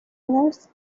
menus